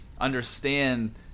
understand